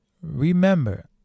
Remember